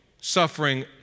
suffering